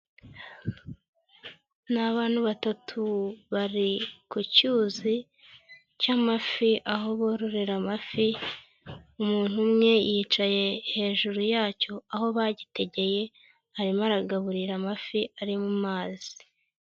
Ni abantu batatu bari ku cyuzi cy'amafi aho bororera amafi, umuntu umwe yicaye hejuru yacyo aho bagitegeye arimo aragaburira amafi ari mu mazi.